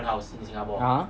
(uh huh)